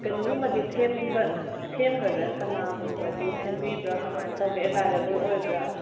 ꯀꯩꯅꯣꯒꯨꯝꯕꯗꯤ ꯁꯦꯝꯕ ꯁꯦꯝꯒꯗ꯭ꯔꯥ ꯁꯅꯥꯒꯨꯝꯕꯗꯤ ꯁꯦꯝꯕꯤꯕ꯭ꯔꯥ ꯀꯃꯥꯏ ꯇꯧꯒꯦ ꯑꯦꯚꯥꯏꯂꯦꯕꯜ ꯑꯣꯏꯕ꯭ꯔꯥ